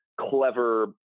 clever